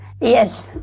Yes